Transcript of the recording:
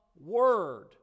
Word